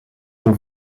und